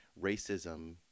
racism